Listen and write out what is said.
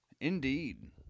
Indeed